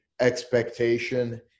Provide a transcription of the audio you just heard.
expectation